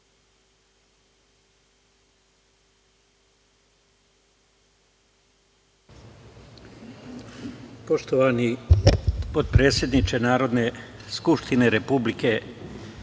Poštovani potpredsedniče Narodne skupštine Republike